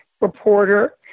reporter